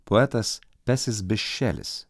poetas pesis bišelis